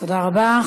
תודה רבה.